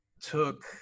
took